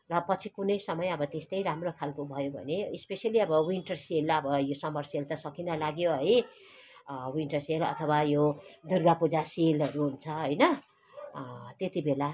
र पछि कुनै समय अब त्यस्तै राम्रै खालको भयो भने स्पेसियल्ली अब विन्टर सेल अब यो सम्मर सेल त सकिन लाग्यो है विन्टर सेल अथवा यो दुर्गा पूजा सेलहरू हुन्छ होइन त्यतिबेला